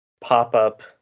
pop-up